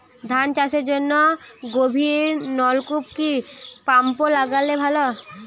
ধান চাষের জন্য গভিরনলকুপ কি পাম্প লাগালে ভালো?